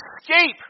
escape